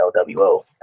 LWO